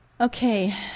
Okay